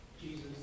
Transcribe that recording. Jesus